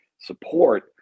Support